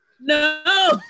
No